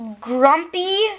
grumpy